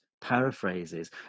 paraphrases